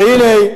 והנה,